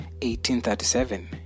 1837